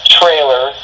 trailer